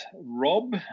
rob